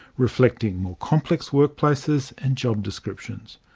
reflecting more complex workplaces and job descriptions.